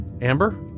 Amber